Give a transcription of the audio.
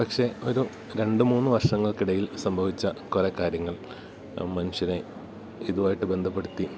പക്ഷേ ഒരു രണ്ട് മൂന്ന് വർഷങ്ങൾക്ക് ഇടയിൽ സംഭവിച്ച കുറെ കാര്യങ്ങൾ മനുഷ്യനെ ഇതുമായിട്ട് ബന്ധപ്പെടുത്തി